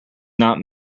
not